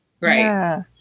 right